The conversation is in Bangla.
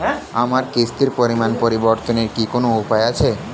আমার কিস্তির পরিমাণ পরিবর্তনের কি কোনো উপায় আছে?